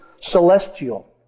celestial